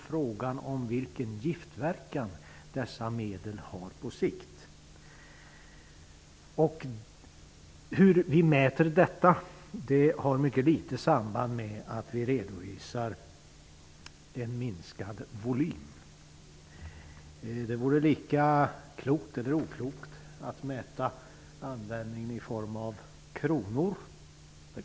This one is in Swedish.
Frågan är ju vilken giftverkan dessa medel har på sikt. Detta har mycket litet samband med en volymminskning. Det vore lika klokt eller oklokt att i kronor mäta användningen av dessa medel.